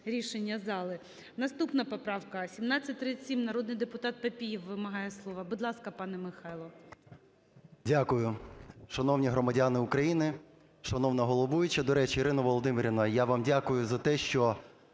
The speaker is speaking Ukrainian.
рішення зали. Наступна поправка 1737. Народний депутат Папієв вимагає слово. Будь ласка, пане Михайло. 12:53:17 ПАПІЄВ М.М. Дякую. Шановні громадяни України! Шановна головуюча! До речі, Ірина Володимирівна, я вам дякую за те, що